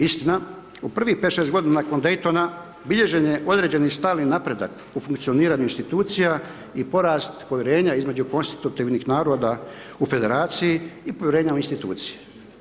Istina u prvih 5,6 godina nakon Daytona bilježen je određeni stalni napredak u funkcioniranju institucija i porast povjerenja između konstitutivnih naroda u federaciji i povjerenja u institucije.